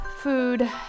food